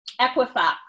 Equifax